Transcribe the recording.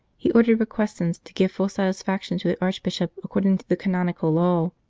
he ordered requesens to give full satisfaction to the archbishop according to the canonical law.